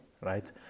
right